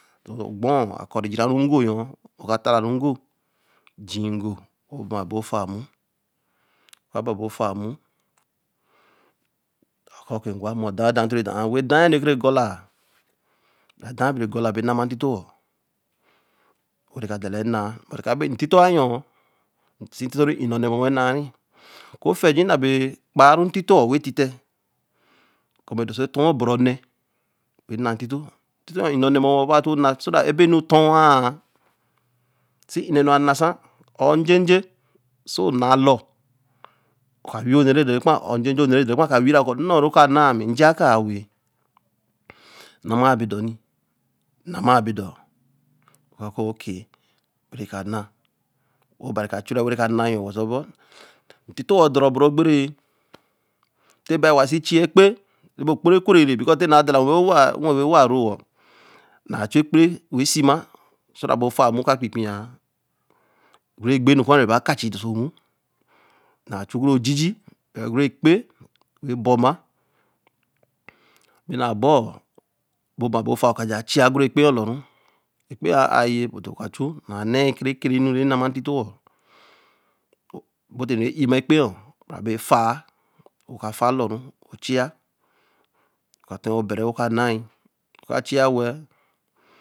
ɔgbɔɔ wa eraru ngo yo woka talaru ngo jii bābofaa mmu wɔ mɔ̃, ngwa edāa enu rɛ ko rɛ̃ golaa, daa bere gola bee nama ntitoɔ rɛ ka dala ɛnaa, karabentito anyoɔ sii ntito rii nnɛ ɔnɛ mɔmɔ ɛnaari. Okuofɛɛji nabere kpaaru ntito wetite, kɔɔ mɔ̃ dɔɛɛtɔɛ ɔbɛrɛ ɔnɛ rɛriaa ntito ntitoɔ nnɛ mɔmɔ nɛba too na ebe nu tɔ̃aàa sii nne nu anāsa soo na lɔ ɔka wii ɔnɛ rɛ̃ dɔruɛkpa' o, njenje ɔnɛ rɛ̃ dɔru ɛkpā a'o kɔɔ nnɔro ka naa mi nje akaawe, namaa bi dɔ ni, namaa bi dɔ we kɔ(OK) okee, ww nɛkana wee ɔbari kachurɛi were ka na wɛɛa Ntitoɔ dɔrɔ̃ bɛrɛ ogberee, nte bai wasi chia ekpe ebo kporo ekwereere nte baa dala weno ɔwa nnwɛebo waaroɔ naa ekpe we sima, so that bofaa mmu ka kpikpiāa, ogūrū egbe enu kuɔ, nɛba kachi dɔ oso mmu. Nachu ogūrú ekpe se bɔma, be naa bɔɔɔ, bo bā ebofaa ɔka jansi chia ogūru ekpeɔlɔru. Ekpeɔ a' aiye, kachu ɛbaa nɛɛi ekerekete enu rɛ nama ntitoɔ woo dala e'ima ekpeɔ abee faa ɔka fa lɔru, ochia ɔka tɔi ɔbɛrɛ wo ka nai, ɔka chia wɛɛ